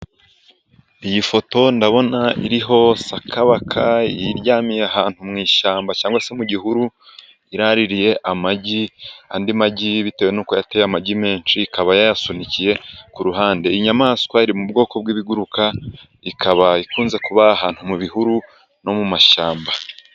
Iyi foto ndabona iriho sakabaka yiryamiye ahantu mu ishyamba, cyangwa se mu gihuru iraririye amagi. Andi magi bitewe n'uko uko yateye amagi menshi, ikaba yayasunikiye ku ruhande. Inyamaswa iri mu bwoko bw'ibiguruka, ikaba ikunze kuba ahantu mu bihuru no mu mashyamba.